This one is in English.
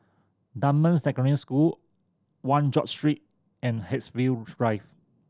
Dunman Secondary School One George Street and Haigsville Drive